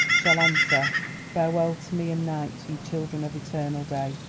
shall answer farewell to me and night, ye children of eternal day!